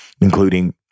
including